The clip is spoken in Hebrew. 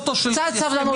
זה המוטו --- קצת סבלנות?